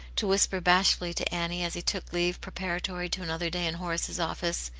to whisper bashfully to annie, as he took leave preparatory to another day in horace's office,